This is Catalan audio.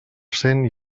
cent